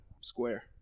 square